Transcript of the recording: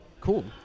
Cool